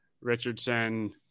Richardson